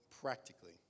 practically